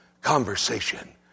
conversation